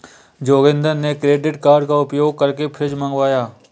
जोगिंदर ने credit card का उपयोग करके फ्रिज मंगवाया